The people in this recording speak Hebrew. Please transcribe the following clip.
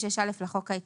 21. בסעיף 36א לחוק העיקרי,